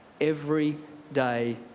everyday